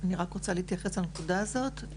אני רק רוצה להתייחס לנקודה הזאת.